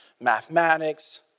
mathematics